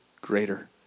greater